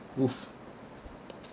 woof